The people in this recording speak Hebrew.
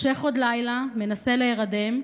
// מושך עוד לילה, מנסה להירדם.